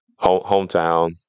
hometown